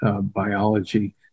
biology